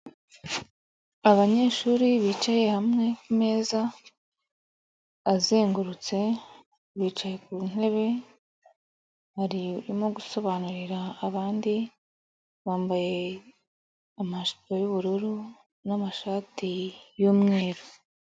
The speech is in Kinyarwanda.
Abanyeshuri bicaye hamwe kumeza, azengurutse, bicaye ku ntebe baririmo gusobanurira abandi, bambaye amajipo y'ubururu n'amashati y'umweru.